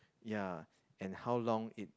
ya and how long it